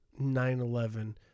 9-11